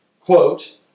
quote